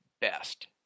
best